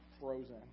frozen